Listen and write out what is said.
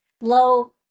low